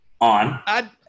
on